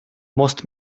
most